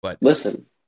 Listen